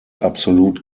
absolut